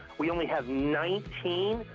we only have nineteen.